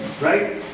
right